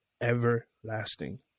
everlasting